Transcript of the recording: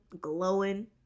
glowing